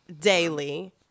daily